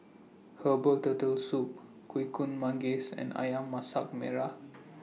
Herbal Turtle Soup Kuih Manggis and Ayam Masak Merah